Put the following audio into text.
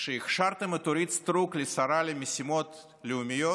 כשהכשרתם את אורית סטרוק לשרה למשימות לאומיות,